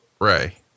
Ray